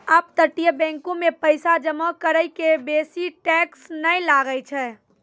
अपतटीय बैंको मे पैसा जमा करै के बेसी टैक्स नै लागै छै